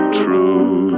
true